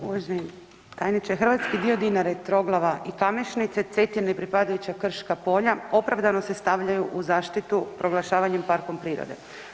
Uvaženi tajniče, hrvatski dio Dinara, Troglava i Kamešnice, Cetine i pripadajuća krška polja, opravdano se stavljaju u zaštitu proglašavanjem parkom prirode.